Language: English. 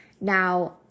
Now